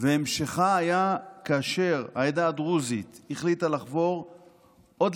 והמשכה היה כאשר העדה הדרוזית החליטה לחבור עוד